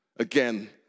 Again